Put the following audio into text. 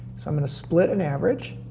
so i'm gonna split and average,